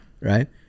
Right